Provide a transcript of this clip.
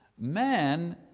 man